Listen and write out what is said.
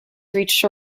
reached